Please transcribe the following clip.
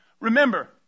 Remember